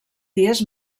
dies